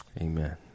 Amen